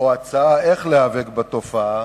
או הצעה איך להיאבק בתופעה